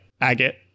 Agate